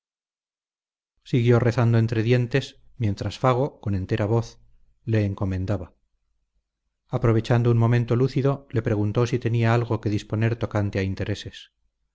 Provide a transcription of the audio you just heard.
siguió rezando entre dientes mientras fago con entera voz le encomendaba aprovechando un momento lúcido le preguntó si tenía algo que disponer tocante a intereses